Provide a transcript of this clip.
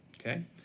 Okay